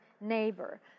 neighbor